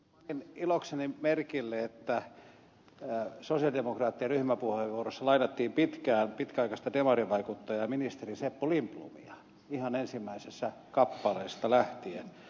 panin ilokseni merkille että sosialidemokraattien ryhmäpuheenvuorossa lainattiin pitkään pitkäaikaista demarivaikuttajaa ministeri seppo lindblomia ihan ensimmäisestä kappaleesta lähtien